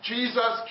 Jesus